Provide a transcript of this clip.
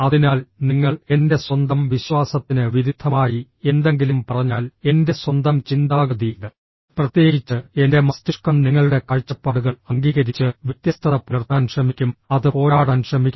അതിനാൽ നിങ്ങൾ എൻ്റെ സ്വന്തം വിശ്വാസത്തിന് വിരുദ്ധമായി എന്തെങ്കിലും പറഞ്ഞാൽ എൻ്റെ സ്വന്തം ചിന്താഗതി പ്രത്യേകിച്ച് എന്റെ മസ്തിഷ്കം നിങ്ങളുടെ കാഴ്ചപ്പാടുകൾ അംഗീകരിച്ച് വ്യത്യസ്തത പുലർത്താൻ ശ്രമിക്കും അത് പോരാടാൻ ശ്രമിക്കും